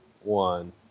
one